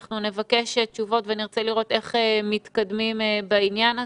נבקש תשובות ונרצה לראות איך מתקדמים בעניין הזה.